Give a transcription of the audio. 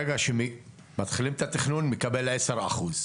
מרגע שמתחילים את התכנון מקבלים עשר אחוז,